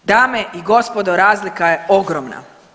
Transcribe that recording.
Dame i gospodo, razlika je ogromna.